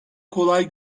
kolay